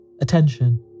Attention